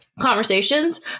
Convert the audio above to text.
conversations